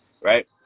right